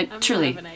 truly